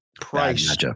price